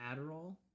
Adderall